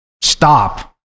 stop